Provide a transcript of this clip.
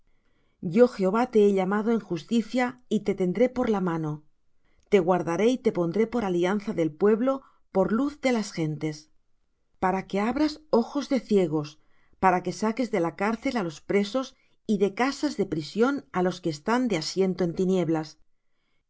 yo jehová te he llamado en justicia y te tendré por la mano te guardaré y te pondré por alianza del pueblo por luz de las gentes para que abras ojos de ciegos para que saques de la cárcel á los presos y de casas de prisión á los que están de asiento en tinieblas